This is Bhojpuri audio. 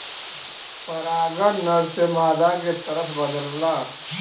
परागन नर से मादा के तरफ बदलला